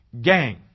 gang